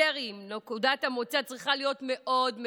נקודת המוצא צריכה להיות מאוד מאוד ברורה: